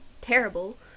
terrible